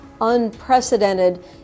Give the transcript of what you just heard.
Unprecedented